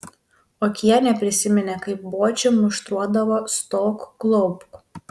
okienė prisiminė kaip bočį muštruodavo stok klaupk